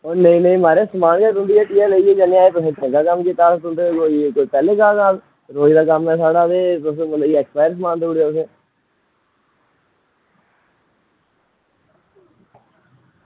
ओह् नेईं नेईं म्हाराज समान गै तुंदी हट्टिया लेइयै जन्ने एह् चंगा कम्म कीता तुंदे पैह्लें दे गाह्क आं अस रोज़ दा कम्म ऐ साढ़ा ते तुसें एक्सपायर समान देई ओड़ेआ